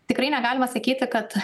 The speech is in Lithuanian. tikrai negalima sakyti kad